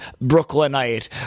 Brooklynite